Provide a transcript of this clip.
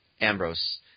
Ambrose